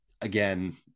Again